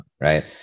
right